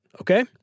Okay